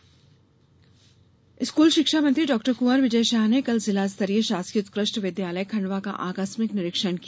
school शिक्षा school शिक्षा मंत्री डॉ कुवर विजय शाह ने कल जिला स्तरीय शासकीय उत्कृष्ट विद्यालय खण्डवा का आकस्मिक े निरीक्षण किया